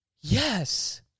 yes